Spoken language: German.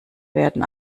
werden